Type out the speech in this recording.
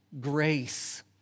grace